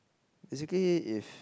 basically if